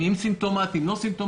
אם סימפטומטיים ואם לא סימפטומטיים.